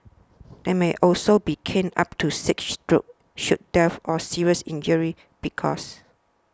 they may also be caned up to six strokes should death or serious injury be caused